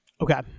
Okay